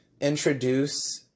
introduce